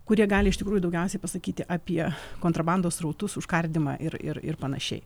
kurie gali iš tikrųjų daugiausiai pasakyti apie kontrabandos srautus užkardymą ir ir panašiai